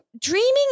dreaming